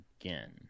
again